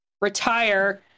retire